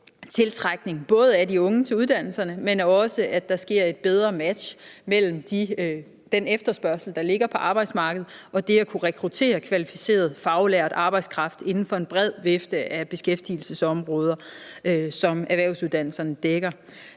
tiltrækningen, både af de unge til uddannelser, men også, så der sker et bedre match mellem den efterspørgsel, der ligger på arbejdsmarkedet, og det at kunne rekruttere kvalificeret faglært arbejdskraft inden for en bred vifte af beskæftigelsesområder, som erhvervsuddannelserne dækker.